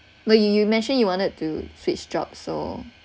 but you you mentioned you wanted to switch job so